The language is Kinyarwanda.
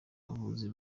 bavuzi